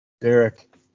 Derek